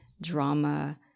drama